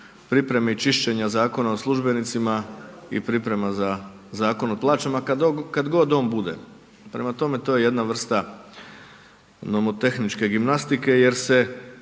pripreme i čišćenje Zakona o službenicima i priprema za Zakon o plaćama kad god on bude, prema tome to je jedna vrsta nomotehničke gimnastike jer se